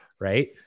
right